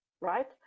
right